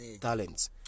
Talents